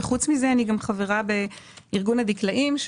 ופרט לכך אני גם חברה באיגוד הדקלאים,